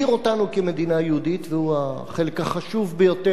והוא החלק החשוב ביותר בהגדרה הזאת,